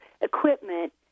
equipment